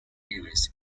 areas